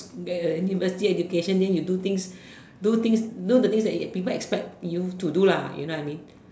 there university education then you do things do things do the things that people expect you to do lah you know what I mean